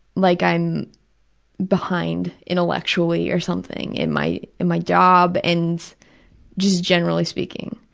like i'm behind intellectually or something, in my in my job and just generally speaking.